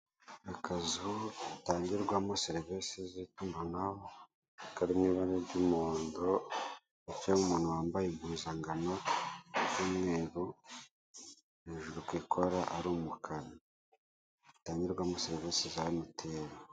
Akazu gatangirwamo serivise z'itumanaho kari mu ibara ry'umuhondo ndetse n'umuntu wambaye impuzankano y'umweru hejuru ku ikora ari umukara gatangirwamo serivise za Mtn.